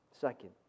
second